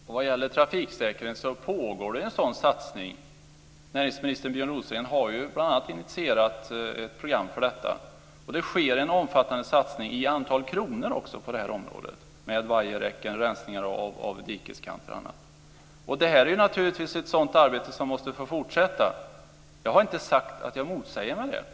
Fru talman! Vad gäller trafiksäkerheten så pågår en sådan satsning. Näringsminister Björn Rosengren har bl.a. initierat ett program för detta. Det sker en omfattande satsning, också i antal kronor, på området. Det gäller vajerräcken, rensningar av dikeskanter och annat. Det är naturligtvis ett arbete som måste få fortsätta. Jag har inte sagt att jag motsäger mig det här.